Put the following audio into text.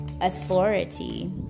authority